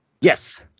Yes